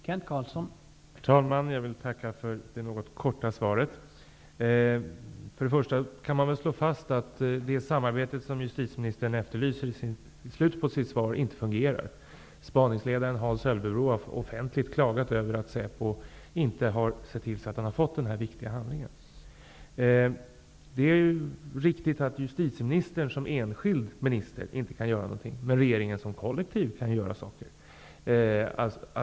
Herr talman! Jag vill tacka för det något korta svaret. För det första kan man väl slå fast att det samarbete som justitieministern efterlyste i slutet på sitt svar inte fungerar. Spaningsledaren Hans Ölvebro har offentligt klagat över att SÄPO inte har sett till så att han har fått den här viktiga handlingen. Det är riktigt att justitieministern som enskild minister inte kan göra något, men regeringen som kollektiv kan ju göra saker.